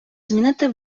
змінити